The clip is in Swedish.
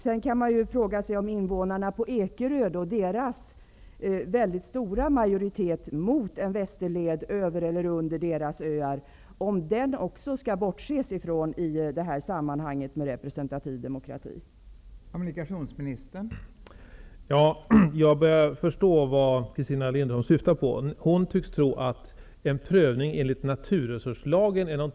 Sedan kan man fråga sig om man i detta sammanhang, när det gäller den representativa demokratin, skall bortse från den mycket stora majoritet av invånarna på Ekerö som är emot en